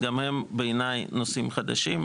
גם הם בעיני נושאים חדשים.